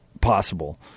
possible